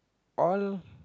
all